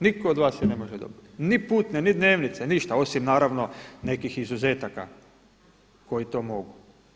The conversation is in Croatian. Nitko od vas je ne može dobiti, ni putne, ni dnevnice, ništa, osim naravno nekih izuzetaka koji to mogu.